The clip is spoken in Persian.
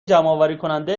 جمعآوریکننده